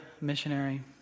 missionary